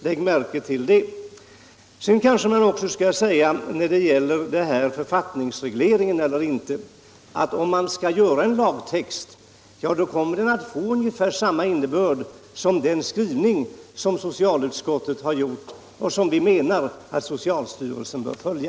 Lägg märke till det! När det gäller frågan huruvida detta bör regleras i en författning eller inte bör det också sägas att om man skall göra en lagtext, så kommer denna att få ungefär samma innehåll som socialutskottets skrivning nu har, en skrivning som vi menar att socialstyrelsen bör följa.